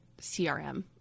CRM